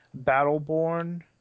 Battleborn